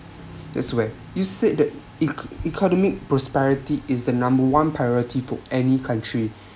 this way you said the e~ economic prosperity is the number one priority for any country